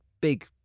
big